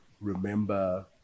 remember